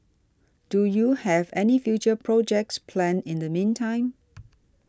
do you have any future projects planned in the meantime